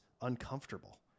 uncomfortable